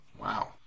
Wow